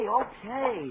okay